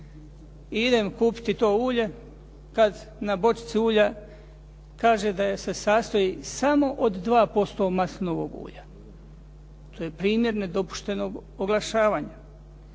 idem kupiti to ulje, kad na bočici ulja kaže da je se sastoji samo od 2% maslinovog ulja. To je primjer nedopuštenog oglašavanja.